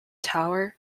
tower